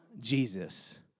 Jesus